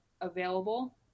available